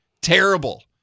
Terrible